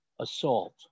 assault